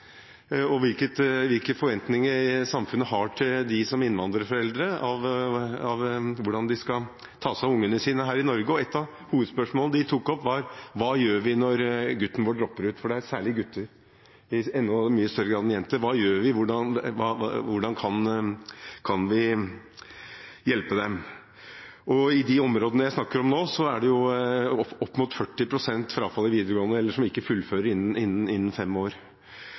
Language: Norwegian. av hovedspørsmålene de tok opp, var: Hva gjør vi når gutten vår dropper ut? For det er særlig gutter, i mye større grad enn jenter. Hva gjør vi, og hvordan kan vi hjelpe dem? I de områdene jeg snakker om nå, er det opp mot 40 pst. frafall i videregående, eller som ikke fullfører innen fem år.